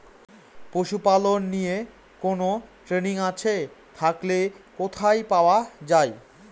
পশুপালন নিয়ে কোন ট্রেনিং আছে থাকলে কোথায় পাওয়া য়ায়?